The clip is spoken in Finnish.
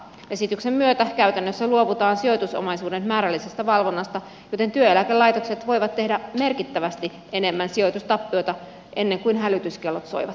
esityksen myötä käytännössä luovutaan sijoitusomaisuuden määrällisestä valvonnasta joten työeläkelaitokset voivat tehdä merkittävästi enemmän sijoitustappioita ennen kuin hälytyskellot soivat